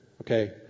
Okay